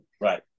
Right